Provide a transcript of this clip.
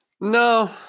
no